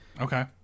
Okay